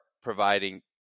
providing